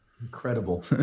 Incredible